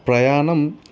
ప్రయాణం